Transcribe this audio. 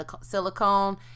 silicone